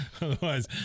Otherwise